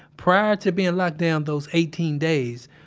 prior to being locked down those eighteen days,